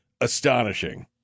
astonishing